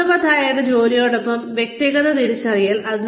അർത്ഥവത്തായ ജോലിയോടൊപ്പം വ്യക്തിഗത തിരിച്ചറിയൽ